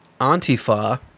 Antifa